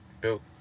built